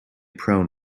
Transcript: prone